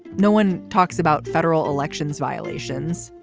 no one talks about federal elections violations.